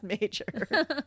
major